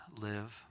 live